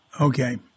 Okay